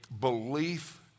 belief